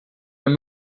eine